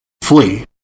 flee